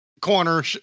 Corner